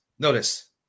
Notice